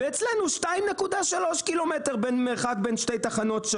ואצלנו 2.3 קילומטר המרחק בין שתי תחנות,